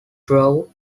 drove